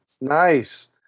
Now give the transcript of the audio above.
nice